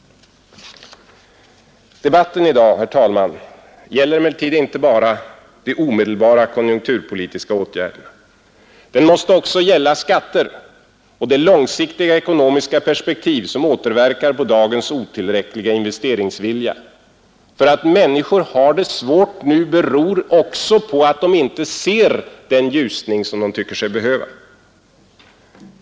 Debatten i dag, herr talman, gäller emellertid inte bara de omedelbara konjunkturpolitiska åtgärderna. Den måste också gälla skatter — och det långsiktiga ekonomiska perspektiv, som återverkar på dagens otillräckliga investeringsvilja. För att människor har det svårt beror också på att de inte ser den ljusning som de tycker sig behöva.